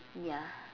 ya